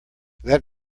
that